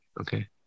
Okay